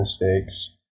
mistakes